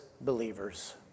believers